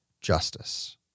justice